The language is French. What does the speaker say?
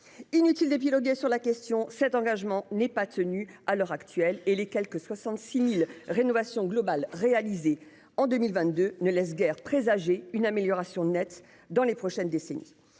Inutile d'épiloguer sur la question. Cet engagement n'est pas tenu à l'heure actuelle et les quelque 66.000 rénovations globale réalisé en 2022 ne laisse guère présager une amélioration nette dans les prochaines décennies.